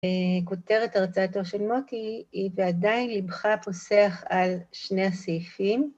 כותרת הרצאתו של מוטי היא ועדיין ליבך פוסח על שני הסעיפים.